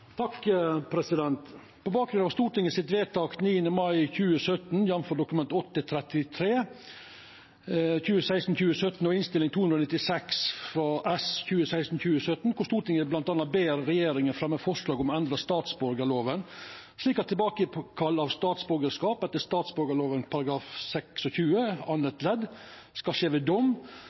3 minutter. På bakgrunn av Stortinget sitt vedtak av 9. mai 2017, jf. Dokument 8:33 S for 2016–2017 og Innst. 269 S for 2016–2017, der Stortinget bl.a. ber regjeringa fremja forslag om å endra statsborgarloven slik at tilbakekall av statsborgarskap etter statsborgarloven § 26 andre ledd skal skje ved dom,